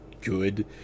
good